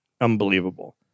unbelievable